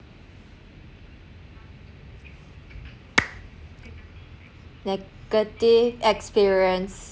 negative experience